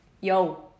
yo